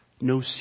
No